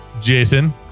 Jason